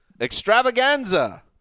Extravaganza